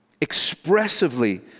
expressively